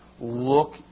look